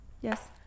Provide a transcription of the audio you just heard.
Yes